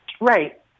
Right